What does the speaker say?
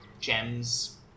gems